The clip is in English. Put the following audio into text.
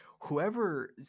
whoever